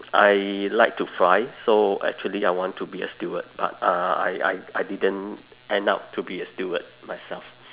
I like to fly so actually I want to be a steward but uh I I I didn't end up to be a steward myself